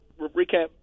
Recap